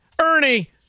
Ernie